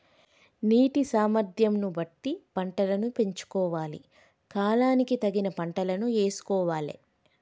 నీటి సామర్థ్యం ను బట్టి పంటలను ఎంచుకోవాలి, కాలానికి తగిన పంటలను యేసుకోవాలె